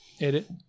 Edit